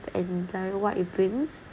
and worry what it brings